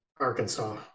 Arkansas